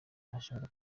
ntashobora